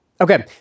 Okay